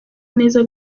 neza